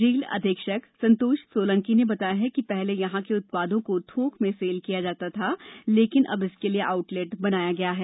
jail अधीक्षक संतोष सोलंकी ने बताया कि पहले यहां के उत्पादों को थोक में सेल किया जाता था लेकिन अब इसके लिए आउटलेट बनाया गया है